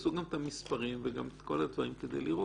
תעשו גם את המספרים ואת כל הדברים כדי לראות.